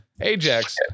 Ajax